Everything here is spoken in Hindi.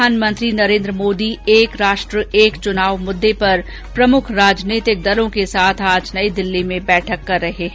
प्रधानमंत्री नरेन्द्र मोदी एक राष्ट्र एक चुनाव मुद्दे पर प्रमुख राजनीतिक दलों के साथ आज नई दिल्ली में बैठक कर रहे है